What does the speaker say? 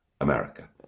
America